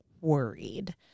worried